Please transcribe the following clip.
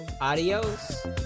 Adios